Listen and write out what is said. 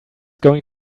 going